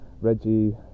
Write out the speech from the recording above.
Reggie